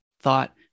thought